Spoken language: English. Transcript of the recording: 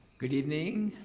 good evening.